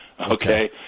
Okay